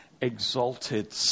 exalted